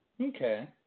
Okay